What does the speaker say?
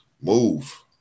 move